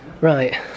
Right